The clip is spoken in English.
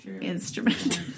instrument